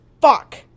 fuck